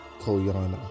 Koyana